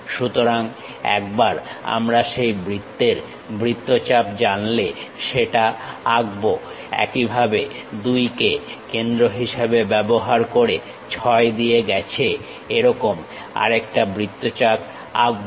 সুতরাং একবার আমরা সেই বৃত্তের বৃত্তচাপ জানলে সেটা আঁকবো একইভাবে 2 কে কেন্দ্র হিসাবে ব্যবহার করে 6 দিয়ে গেছে এরকম আরেকটা বৃত্তচাপ আঁকবো